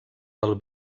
del